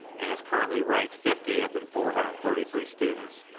and is currently ranked fiftieth in four hundred and thirty three students,